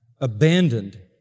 abandoned